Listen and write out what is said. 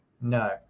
No